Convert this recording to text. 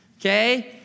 okay